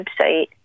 website